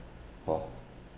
hor